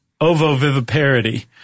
ovoviviparity